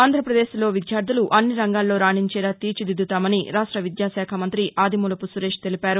ఆంధ్రావదేశ్ విద్యార్గులు అన్ని రంగాల్లో రాణించేలా తీర్చిదిద్దుతామని రాష్ట విద్యాకాఖ న్న మంతి ఆదిమూలపు సురేష్ తెలిపారు